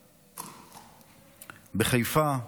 בחיפה,